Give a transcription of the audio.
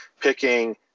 picking